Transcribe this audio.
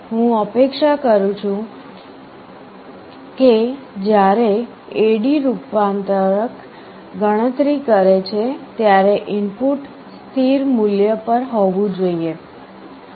હું અપેક્ષા કરું છું કે જ્યારે AD રૂપાંતરક ગણતરી કરે છે ત્યારે ઇનપુટ સ્થિર મૂલ્ય પર હોવું જોઈએ